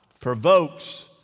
provokes